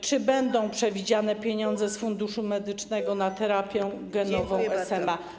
Czy będą przewidziane pieniądze z Funduszu Medycznego na terapię genową SMA?